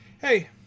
hey